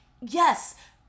yes